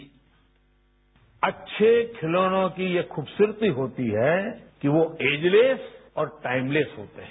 sound bite अच्छे खिलौनों की ये खूबसूरती होती है कि वो ऐजलेस और टाइमलेस होते हैं